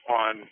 on